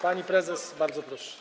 Pani prezes, bardzo proszę.